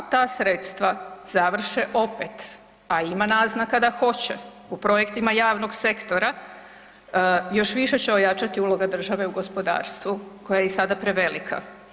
Ako ta sredstva završe opet, a ima naznaka da hoće u projektima javnog sektora još više će ojačati uloga države u gospodarstvu koja je i sada prevelika.